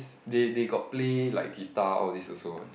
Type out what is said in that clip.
~s they they got play like guitar all these also one